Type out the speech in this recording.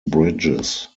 bridges